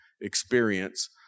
experience